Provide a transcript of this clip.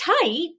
tight